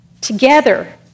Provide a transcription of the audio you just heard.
together